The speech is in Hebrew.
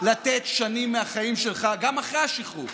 לתת שנים מהחיים שלך גם אחרי השחרור.